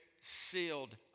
sealed